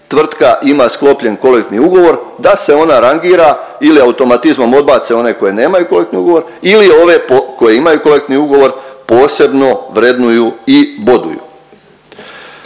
tvrtka ima sklopljen kolektivni ugovor da se ona rangira ili automatizmom odbace one koje nemaju kolektivni ugovor ili ove koje imaju kolektivni ugovor posebno vrednuju i boduju.